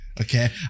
Okay